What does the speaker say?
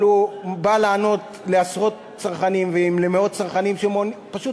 אבל הוא בא לענות לעשרות צרכנים ולמאות צרכנים שפשוט